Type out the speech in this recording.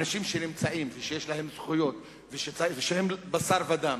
אנשים שנמצאים, שיש להם זכויות והם בשר ודם.